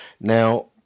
Now